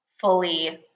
fully